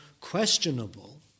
questionable